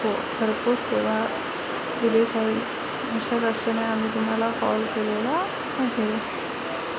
हो भरपूर सेवा दिली जाईल अशादृष्टीने आम्ही तुम्हाला कॉल केलेला आहे